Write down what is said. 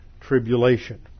tribulation